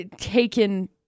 taken